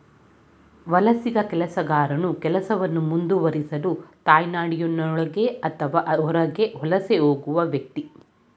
ವಲಸಿಗ ಕೆಲಸಗಾರನು ಕೆಲಸವನ್ನು ಮುಂದುವರಿಸಲು ತಾಯ್ನಾಡಿನೊಳಗೆ ಅಥವಾ ಅದರ ಹೊರಗೆ ವಲಸೆ ಹೋಗುವ ವ್ಯಕ್ತಿ